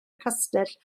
castell